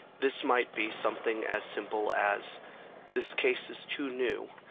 this might be something as simple as this case is too new,